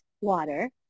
water